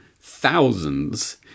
thousands